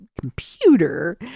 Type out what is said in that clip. computer